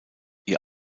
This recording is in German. ihr